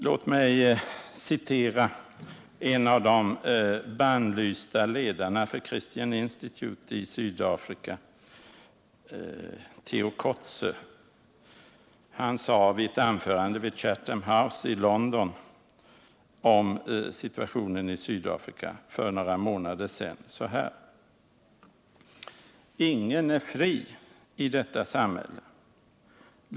Låt mig citera en av de bannlysta ledarna för Christian Institute i Sydafrika, Theo Kotze, som i ett anförande vid Chatham House i London om situationen i Sydafrika för några månader sedan sade så här: ”Ingen är fri i detta samhälle.